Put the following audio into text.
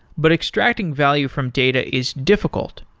but extracting value from data is difficult,